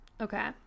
Okay